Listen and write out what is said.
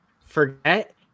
forget